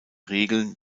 regeln